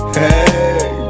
hey